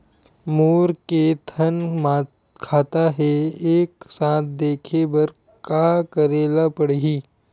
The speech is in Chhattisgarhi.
मोर के थन खाता हे एक साथ देखे बार का करेला पढ़ही?